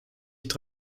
mich